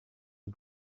his